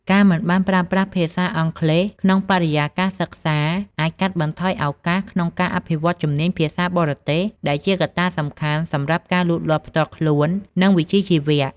ការមិនបានប្រើប្រាស់ភាសាអង់គ្លេសក្នុងបរិយាកាសសិក្សាអាចកាត់បន្ថយឱកាសក្នុងការអភិវឌ្ឍជំនាញភាសាបរទេស ដែលជាកត្តាសំខាន់សម្រាប់ការលូតលាស់ផ្ទាល់ខ្លួន និងវិជ្ជាជីវៈ។